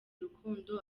urukundo